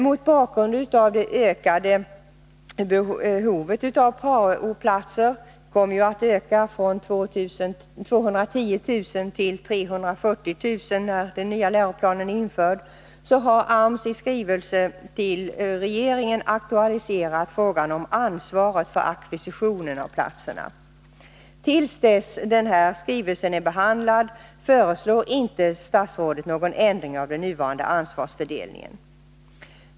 Mot bakgrund av det ökade behovet av prao-platser — antalet kommer ju att öka från 210 000 till 340 000 när den nya läroplanen är införd — har AMS i skrivelse till regeringen aktualiserat frågan om ansvaret för ackvisitionen av platserna. Statsrådet föreslår, till dess att denna skrivelse är behandlad, inte någon ändring av den nuvarande ansvarsfördelningen.